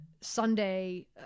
Sunday